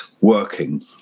working